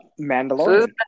Mandalorian